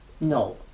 no